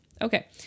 Okay